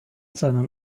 seinen